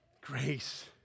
Grace